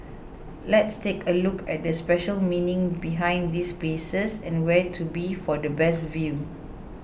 let's take a look at the special meaning behind these places and where to be for the best view